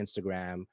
Instagram